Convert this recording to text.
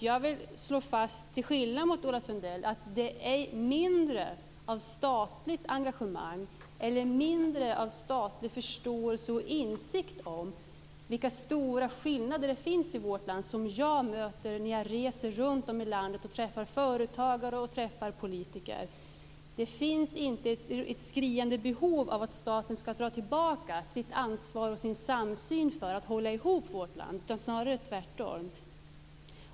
Jag vill slå fast att till skillnad från Ola Sundell är det inte mindre av statligt engagemang eller mindre av statlig förståelse och insikt om vilka stora skillnader som finns i vårt land som jag möter när jag reser runt i landet och träffar företagare och politiker. Det finns inte ett skriande behov av att staten ska ändra sin syn på eller dra tillbaka sitt ansvar för att hålla ihop vårt land, snarare tvärtom.